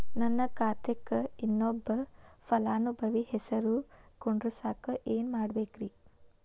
ನನ್ನ ಖಾತೆಕ್ ಇನ್ನೊಬ್ಬ ಫಲಾನುಭವಿ ಹೆಸರು ಕುಂಡರಸಾಕ ಏನ್ ಮಾಡ್ಬೇಕ್ರಿ?